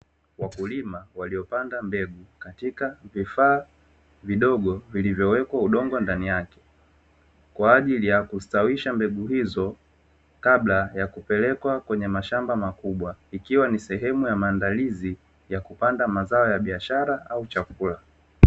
Wakulima waliopanda mbegu katika vifaa vidogo vilivyowekwa udongo ndani yake, kwa ajili ya kustawisha mbegu hizo kabla ya kupelekwa kwenye mashamba makubwa. Ikiwa ni sehemu ya maandalizi ya kupanda mazao ya biashara au chakula.